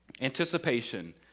Anticipation